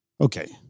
Okay